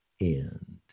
end